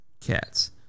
Cats